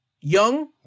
Young